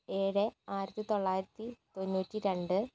ഏഴ് ആയിരത്തിത്തൊള്ളായിരത്തി തൊണ്ണൂറ്റി രണ്ട്